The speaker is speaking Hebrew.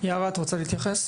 מומחית לגיל הרך.